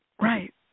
Right